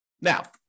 Now